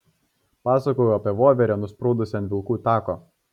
pasakojau apie voverę nusprūdusią ant vilkų tako